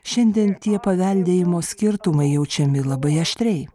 šiandien tie paveldėjimo skirtumai jaučiami labai aštriai